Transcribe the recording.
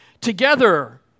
Together